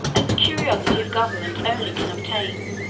as the curiosity of government only can obtain,